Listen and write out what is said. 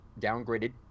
downgraded